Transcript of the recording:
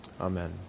Amen